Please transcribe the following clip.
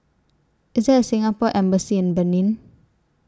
IS There A Singapore Embassy in Benin